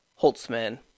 Holtzman